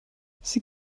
sie